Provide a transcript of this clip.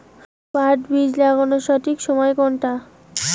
পাট বীজ লাগানোর সঠিক সময় কোনটা?